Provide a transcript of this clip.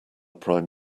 prime